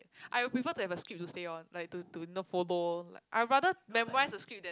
I would prefer to have a script to stay on like to to you know follow like I'd rather memorise the script then